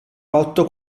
rotto